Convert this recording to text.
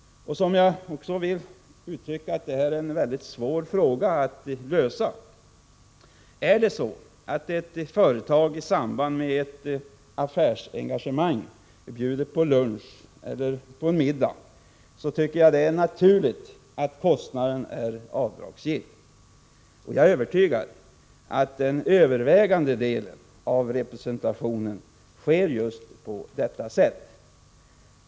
Jag vill också framhålla att detta är en mycket svår fråga att lösa. Om ett företag i samband med ett affärsengagemang bjuder på lunch eller middag, så tycker jag att det är naturligt att kostnaden är avdragsgill — och jag är övertygad om att den övervägande delen av representationen sker just på detta sätt.